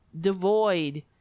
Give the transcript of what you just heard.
devoid